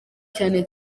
cyane